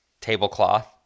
tablecloth